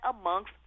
amongst